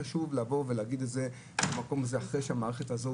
וחשוב להגיד את זה אחרי המערכת הזו